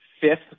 fifth